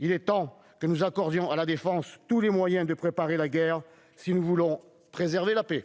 Il est temps que nous accordions à la défense tous les moyens de préparer la guerre si nous voulons préserver la paix.